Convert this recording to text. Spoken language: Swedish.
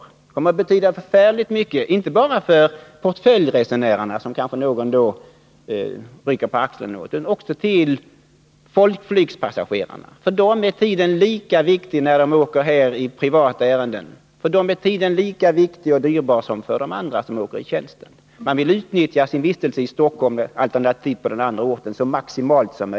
Det kommer att betyda oerhört mycket inte bara för portföljresenärerna, som någon kanske rycker på axlarna åt, utan också för folkflygspassagerarna. För dem är tiden lika viktig och dyrbar när de reser i privata ärenden som den är för dem som reser i tjänsten. Man vill utnyttja sin vistelse i Stockholm, alternativt på den andra orten, maximalt.